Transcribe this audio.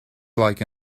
like